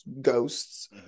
ghosts